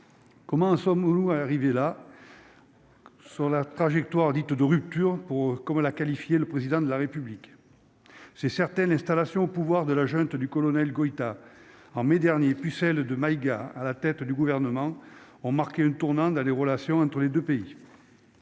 comment sommes Mouloud arrivé là. Sur la trajectoire dite de rupture pour, comme l'a qualifié le président de la République, c'est certain, l'installation au pouvoir de la junte du colonel Goïta en mai dernier, puis celle de Maïga à la tête du gouvernement ont marqué un tournant dans les relations entre les 2 pays.